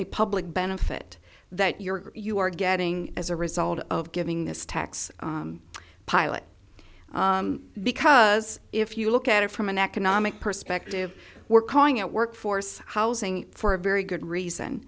a public benefit that your you are getting as a result of giving this tax pilot because if you look at it from an economic perspective we're calling it workforce housing for a very good reason